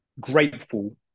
grateful